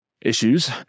issues